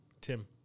Tim